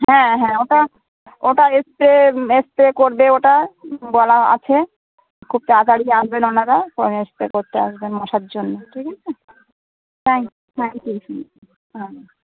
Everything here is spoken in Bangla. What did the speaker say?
হ্যাঁ হ্যাঁ ওটা ওটা স্প্রে স্প্রে করবে ওটা বলা আছে খুব তাড়াতাড়ি আসবেন ওনারা কোন স্প্রে করতে আসবেন মশার জন্য ঠিক আছে থ্যাঙ্ক থ্যাঙ্ক ইউ হ্যাঁ হ্যাঁ